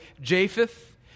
Japheth